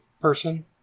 person